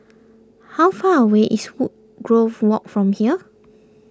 how far away is Woodgrove Walk from here